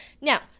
Now